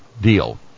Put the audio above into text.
deal